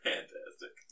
Fantastic